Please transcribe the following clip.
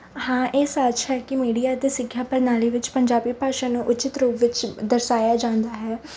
ਹਾਂ ਇਹ ਸੱਚ ਹੈ ਕਿ ਮੀਡੀਆ ਅਤੇ ਸਿੱਖਿਆ ਪ੍ਰਣਾਲੀ ਵਿੱਚ ਪੰਜਾਬੀ ਭਾਸ਼ਾ ਨੂੰ ਉਚਿਤ ਰੂਪ ਵਿੱਚ ਦਰਸਾਇਆ ਜਾਂਦਾ ਹੈ